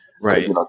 Right